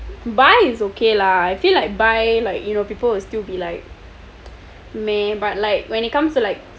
bi is ok lah I feel like bi like you know people will still be like but like when it comes to like